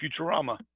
Futurama